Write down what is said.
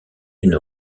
une